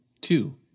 Two